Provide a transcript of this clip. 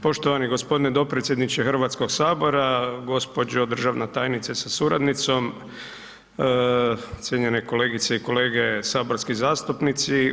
Poštovani gospodine dopredsjedniče Hrvatskoga sabora, gospođo državna tajnice sa suradnicom, cijenjene kolegice i kolege saborski zastupnici.